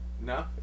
No